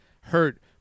hurt